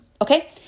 Okay